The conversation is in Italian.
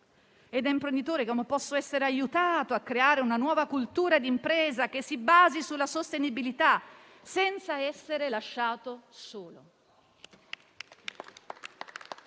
Da imprenditore come posso essere aiutato a creare una nuova cultura di impresa che si basi sulla sostenibilità, senza essere lasciato solo?